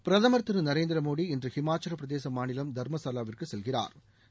பிரதமா் திரு நரேந்திர மோடி இன்று ஹிமாச்சல பிரதேச மாநிலம் தாமசலாவிற்கு செல்கிறாா்